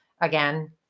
again